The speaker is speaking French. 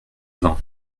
vingt